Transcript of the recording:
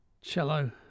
cello